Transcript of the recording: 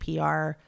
PR